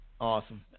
Awesome